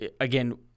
again